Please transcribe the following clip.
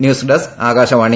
news desk Akashvani